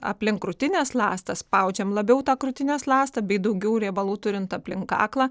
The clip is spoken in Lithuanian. aplink krūtinės ląstą spaudžiam labiau tą krūtinės ląstą bei daugiau riebalų turint aplink kaklą